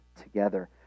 together